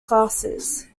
classes